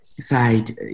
side